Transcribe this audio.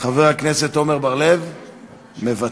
חבר הכנסת עמר בר-לב, מוותר.